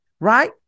right